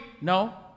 no